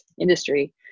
industry